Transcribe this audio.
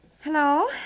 Hello